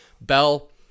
Bell